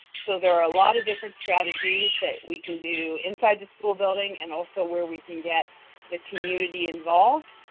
so, there are a lot of different strategies that we can do inside the school building, and also where we can get the community involved.